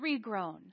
regrown